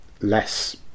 less